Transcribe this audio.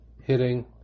hitting